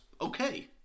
okay